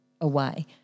away